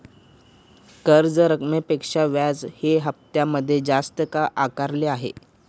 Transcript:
कर्ज रकमेपेक्षा व्याज हे हप्त्यामध्ये जास्त का आकारले आहे?